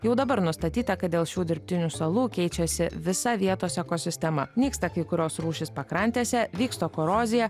jau dabar nustatyta kad dėl šių dirbtinių salų keičiasi visa vietos ekosistema nyksta kai kurios rūšys pakrantėse vyksta korozija